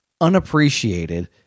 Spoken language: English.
unappreciated